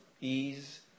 ease